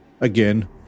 Again